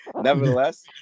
Nevertheless